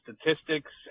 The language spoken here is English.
statistics